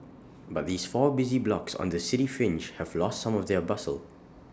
but these four busy blocks on the city fringe have lost some of their bustle